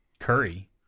Curry